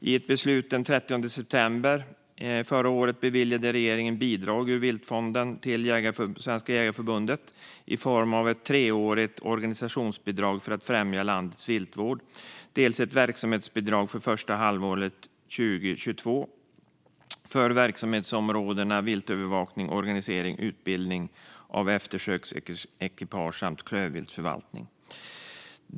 I ett beslut från den 30 september förra året beviljade regeringen bidrag ur viltfonden till Svenska Jägareförbundet, dels i form av ett treårigt organisationsbidrag för att främja landets viltvård, dels ett verksamhetsbidrag för första halvåret 2022 för verksamhetsområdena viltövervakning, organisering, utbildning av eftersöksekipage samt klövviltsförvaltning.